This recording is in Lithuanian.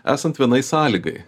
esant vienai sąlygai